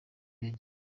menshi